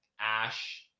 ash